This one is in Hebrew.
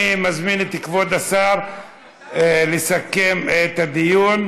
אני מזמין את כבוד השר לסכם את הדיון,